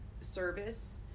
service